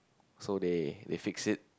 so they they fixed it